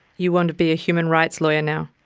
you want to be a human rights lawyer now?